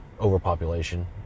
overpopulation